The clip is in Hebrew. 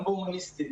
גם בהומניסטי.